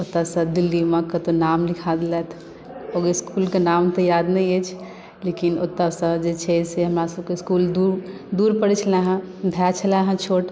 ओतयसँ दिल्लीमे कतहु नाम लिखा देलथि ओहि इस्कुलके नाम तऽ याद नहि अछि लेकिन ओतयसँ जे छै से हमरा सभकेँ इस्कुल दूर पड़ैत छलए हेँ भाय छलए हेँ छोट